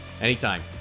Anytime